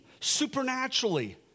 supernaturally